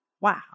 wow